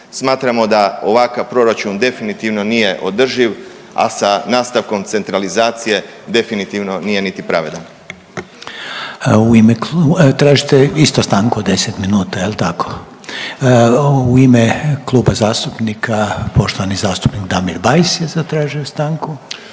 Smatramo da ovakav proračun definitivno nije održiv, a sa nastavkom centralizacije definitivno nije niti pravedan. **Reiner, Željko (HDZ)** U ime kluba, tražite isto stanku od 10 minuta jel tako? U ime Kluba zastupnika poštovani zastupnik Damir Bajs je zatražio stanku.